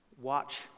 Watch